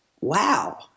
wow